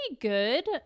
good